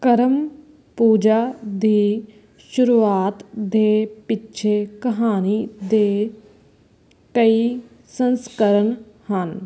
ਕਰਮ ਪੂਜਾ ਦੀ ਸ਼ੁਰੂਆਤ ਦੇ ਪਿੱਛੇ ਕਹਾਣੀ ਦੇ ਕਈ ਸੰਸਕਰਣ ਹਨ